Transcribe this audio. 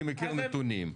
אני מכיר נתונים.